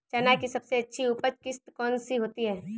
चना की सबसे अच्छी उपज किश्त कौन सी होती है?